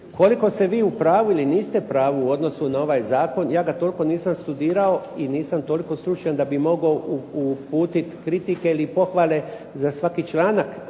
Koliko ste vi u pravu ili niste u pravu u odnosu na ovaj zakon ja ga toliko nisam studirao i nisam toliko stručan da bi mogao uputiti kritike ili pohvale za svaki članak